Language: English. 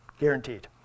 Guaranteed